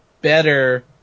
better